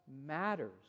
matters